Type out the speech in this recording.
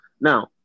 Now